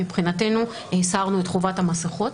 מבחינתנו הסרנו את חובת המסכות.